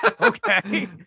Okay